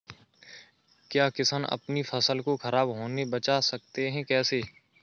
क्या किसान अपनी फसल को खराब होने बचा सकते हैं कैसे?